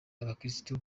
abakirisitu